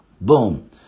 boom